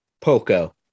poco